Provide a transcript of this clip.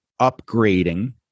upgrading